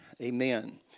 Amen